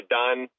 done